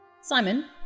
Simon